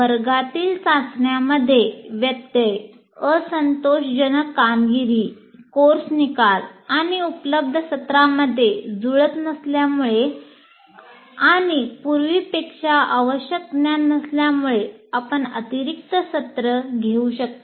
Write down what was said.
वर्गातील चाचण्यांमध्ये व्यत्यय असंतोषजनक कामगिरी कोर्स निकाल आणि उपलब्ध सत्रामध्ये जुळत नसल्यामुळे आणि पूर्वीपेक्षा आवश्यक ज्ञान नसल्यामुळे आपण अतिरिक्त सत्र घेऊ शकता